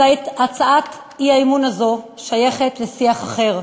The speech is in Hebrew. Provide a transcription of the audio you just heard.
הצעת האי-אמון הזו שייכת לשיח אחר,